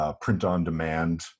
print-on-demand